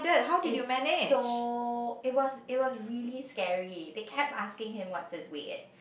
it's so it was it was really scary they kept asking him what's his weight eh